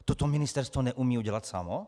To to ministerstvo neumí udělat samo?